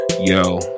Yo